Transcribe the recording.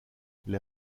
les